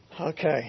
Okay